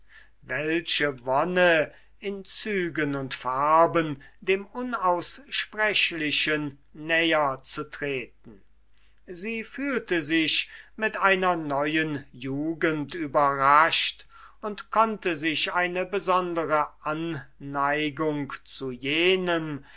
welche wonne in zügen und farben dem unaussprechlichen näher zu treten sie fühlte sich mit einer neuen jugend überrascht und konnte sich eine besondere anneigung zu jenem